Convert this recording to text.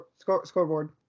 Scoreboard